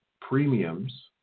premiums